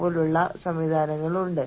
പിന്നെ നിങ്ങൾക്ക് സംഘടനാ ഘടകങ്ങളുണ്ട്